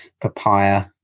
papaya